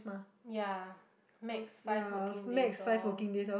ya makes five working days orh